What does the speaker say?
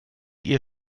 ihr